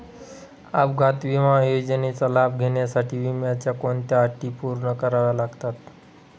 अपघात विमा योजनेचा लाभ घेण्यासाठी विम्याच्या कोणत्या अटी पूर्ण कराव्या लागतात?